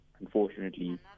unfortunately